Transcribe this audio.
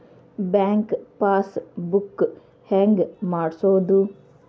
Bank passbook ಹೆಂಗ್ ಮಾಡ್ಸೋದು?